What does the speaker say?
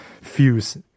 fuse